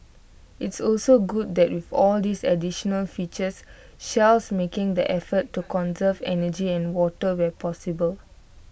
it's also good that with all these additional features Shell's making the effort to conserve energy and water where possible